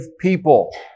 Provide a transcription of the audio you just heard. people